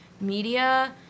media